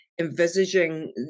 envisaging